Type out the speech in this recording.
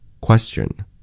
Question